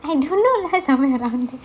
I don't know lah somewhere around there